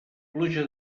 pluja